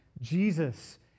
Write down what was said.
Jesus